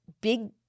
big